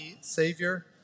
savior